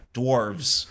dwarves